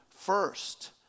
first